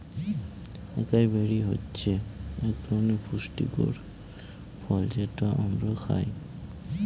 একাই বেরি হচ্ছে এক ধরনের পুষ্টিকর ফল যেটা আমরা খায়